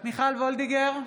מיכל וולדיגר,